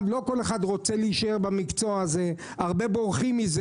לא כל אחד רוצה להישאר במקצוע הזה; הרבה בורחים ממנו.